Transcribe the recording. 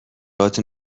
هاتون